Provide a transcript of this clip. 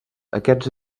aquests